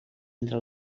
entre